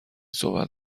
صحبت